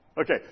Okay